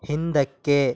ಹಿಂದಕ್ಕೆ